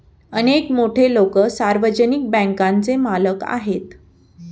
अनेक मोठे लोकं सार्वजनिक बँकांचे मालक आहेत